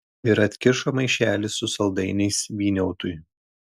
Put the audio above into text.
ir atkišo maišelį su saldainiais vyniautui